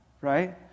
right